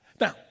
Now